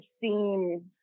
seen